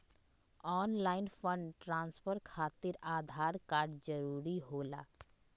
Online fund transfer खातिर Aadhaar card जरूरी होला?